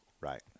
Right